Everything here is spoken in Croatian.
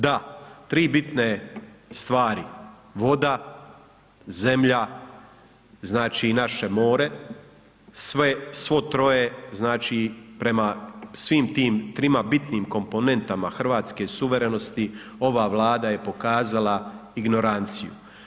Da tri bitne stvari, voda, zemlja znači i naše more svo troje znači prema svim tim trima bitnim komponentama hrvatske suverenosti ova Vlada je pokazala ignoranciju.